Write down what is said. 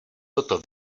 toto